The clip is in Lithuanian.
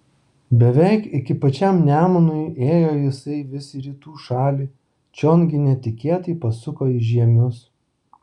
beveik iki pačiam nemunui ėjo jisai vis į rytų šalį čion gi netikėtai pasuko į žiemius